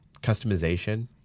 customization